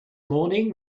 morning